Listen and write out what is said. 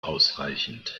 ausreichend